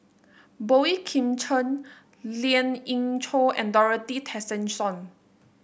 Boey Kim Cheng Lien Ying Chow and Dorothy Tessensohn